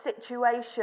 situation